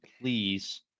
please